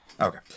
Okay